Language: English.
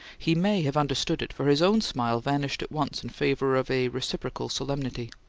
he may have understood it for his own smile vanished at once in favour of a reciprocal solemnity.